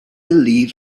believe